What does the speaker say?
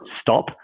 stop